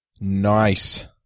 Nice